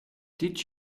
did